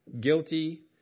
guilty